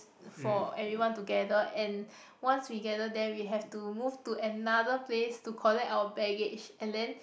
for everyone to gather and once we gather there we have to move to another place to collect our baggage and then